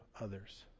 others